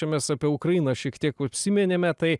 čia mes apie ukrainą šiek tiek užsiminėme tai